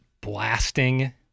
blasting